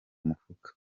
mufuka